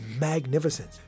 magnificent